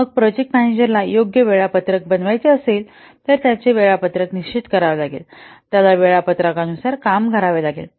मग प्रोजेक्ट मॅनेजरला योग्य वेळापत्रक बनवायचे असेल तर त्याचे वेळापत्रक निश्चित करावे लागेल त्याला वेळापत्रक नुसार काम करावे लागेल